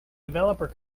developer